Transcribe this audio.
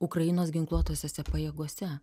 ukrainos ginkluotosiose pajėgose